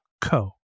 co